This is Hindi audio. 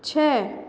छः